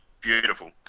beautiful